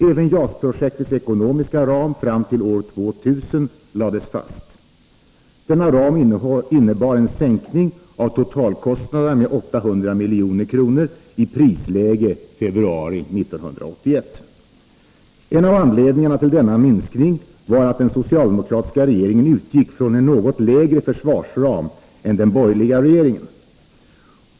Även JAS-projektets ekonomiska ram fram till år 2000 lades fast. Denna ram innebar en sänkning av totalkostnaderna med 800 milj.kr. i prisläge februari 1981. En av anledningarna till denna minskning var att den socialdemokratiska regeringen utgick från en något lägre försvarsram än den borgerliga regeringen.